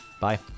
Bye